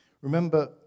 Remember